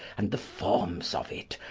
and the formes of it,